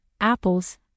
apples